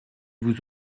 vous